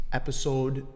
episode